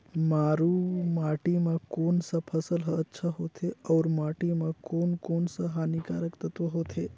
मारू माटी मां कोन सा फसल ह अच्छा होथे अउर माटी म कोन कोन स हानिकारक तत्व होथे?